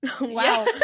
Wow